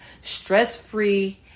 stress-free